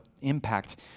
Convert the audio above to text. impact